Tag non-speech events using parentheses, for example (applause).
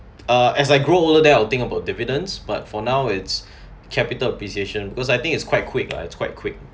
uh as I grow older then I'll think about dividends but for now it's (breath) capital appreciation because I think it's quite quick lah it's quite quick